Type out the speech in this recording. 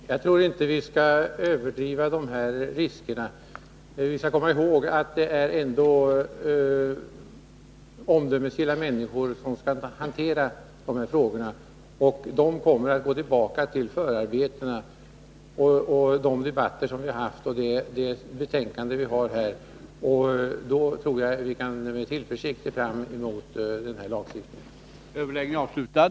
Herr talman! Jag tror inte att vi skall överdriva de här riskerna. Vi skall komma ihåg att det är omdömesgilla människor som skall hantera dessa frågor, och de kommer att gå tillbaka till förarbetena, till de debatter vi har haft och till det betänkande vi nu behandlar. Därför tror jag att vi med Nr 94 tillförsikt kan se fram mot denna lagstiftning. Överläggningen var härmed avslutad.